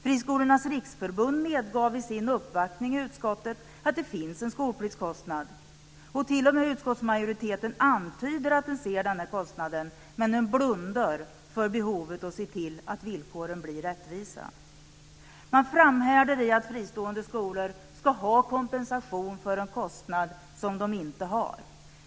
Friskolornas Riksförbund medgav vid sin uppvaktning i utskottet att det finns en skolpliktskostnad. T.o.m. utskottsmajoriteten antyder att man ser denna kostnad men blundar för behovet att se till att villkoren blir rättvisa. Man framhärdar i att fristående skolor ska ha kompensation för kostnader de inte har.